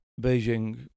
Beijing